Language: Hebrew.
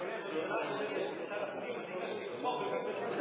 בממשלה הקודמת, כשר הפנים, אני הגשתי חוק לביטול,